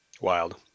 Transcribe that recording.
Wild